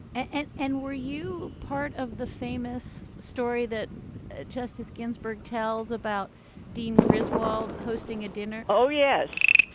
and and were you part of the famous story that justice ginsburg tells about dean griswold hosting a dinner? oh, yes.